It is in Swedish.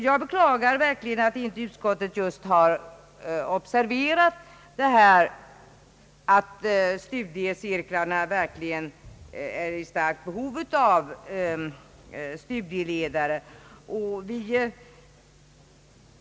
Jag beklagar verkligen att utskottet inte har observerat att studiecirklarna är i starkt behov av studieledare.